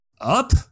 up